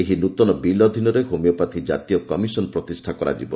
ଏହି ନୂତନ ବିଲ୍ ଅଧୀନରେ ହୋମିଓପାଥି କାତୀୟ କମିଶନ ପ୍ରତିଷ୍ଠା କରାଯିବ